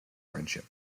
friendship